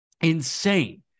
Insane